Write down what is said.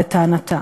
לטענתה,